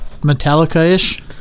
Metallica-ish